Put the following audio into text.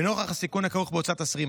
לנוכח הסיכון הכרוך בהוצאת אסירים,